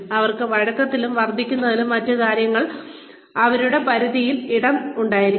അവർക്ക് വഴക്കത്തിനും വർദ്ധിപ്പിക്കുന്നതിനും മറ്റ് കാര്യങ്ങൾക്കും അവരുടെ പരിധിയിൽ ഇടം ഉണ്ടായിരിക്കണം